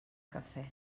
cafè